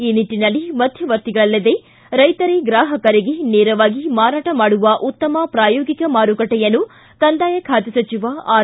ಈ ನಿಟ್ಲಿನಲ್ಲಿ ಮಧ್ಯವರ್ತಿಗಳಿಲ್ಲದೇ ರೈತರೇ ಗಾಹಕರಿಗೆ ನೇರವಾಗಿ ಮಾರಾಟ ಮಾಡುವ ಉತ್ತಮ ಪ್ರಾಯೋಗಿಕ ಮಾರುಕಟ್ನೆಯನ್ನು ಕಂದಾಯ ಖಾತೆ ಸಚಿವ ಆರ್